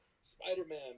Spider-Man